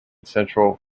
central